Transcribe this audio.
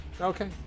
Okay